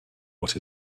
what